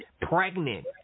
pregnant